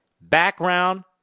background